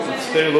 מצטער.